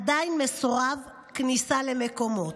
עדיין מסורב כניסה למקומות.